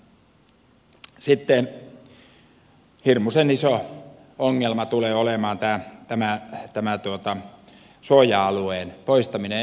sitten hirmuisen iso ongelma tulee olemaan tämä suoja alueen poistaminen